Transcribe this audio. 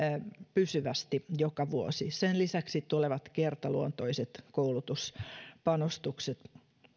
pysyvästi joka vuosi sen lisäksi tulevat kertaluontoiset koulutuspanostukset